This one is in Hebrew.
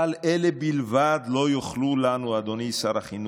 אבל אלה בלבד לא יוכלו לנו" אדוני שר החינוך,